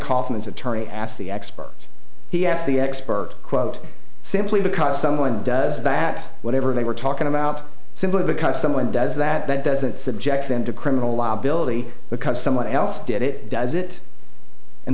kaufman's attorney asked the expert he asked the expert quote simply because someone does that whatever they were talking about simply because someone does that doesn't subject them to criminal liability because someone else did it does it and